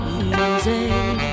easy